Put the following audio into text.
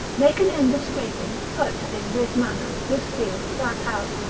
make an end of scraping, purchasing this manor, this field, that house,